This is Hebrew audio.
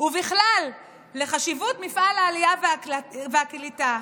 ובכלל לחשיבות מפעל העלייה והקליטה.